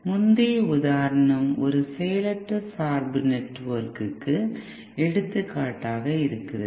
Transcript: முந்தைய உதாரணம் ஒரு செயலற்ற சார்பு நெட்வொர்க்குக்கு எடுத்துக்காட்டாக இருக்கிறது